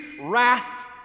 wrath